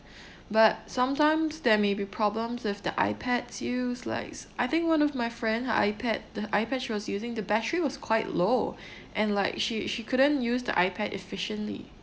but sometimes there may be problems with the iPad's use likes I think one of my friend her iPad the iPad she was using the battery was quite low and like she she couldn't use the iPad efficiently